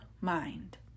mind